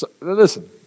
Listen